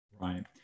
Right